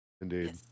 Indeed